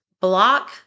block